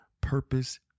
purpose